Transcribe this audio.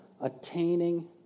attaining